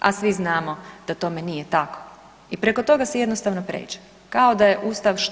A svi znamo da tome nije tako i preko toga se jednostavno pređe, ako da je Ustav, što?